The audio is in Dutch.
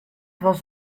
was